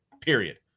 Period